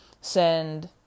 send